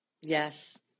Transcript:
Yes